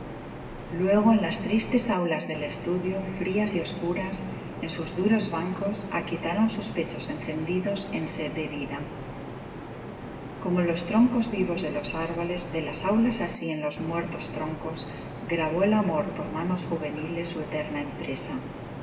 luego en las tristes aulas del estudio frías y oscuras en sus duros bancos aquietaron sus pechos encendidos en sed de vida como en los troncos vivos de los árboles de las aulas así en los muertos troncos grabó el amor por manos juveniles su eterna empresa